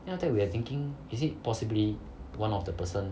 then after that we are thinking is it possibly one of the person